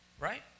Right